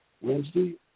Wednesday